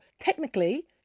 technically